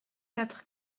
quatre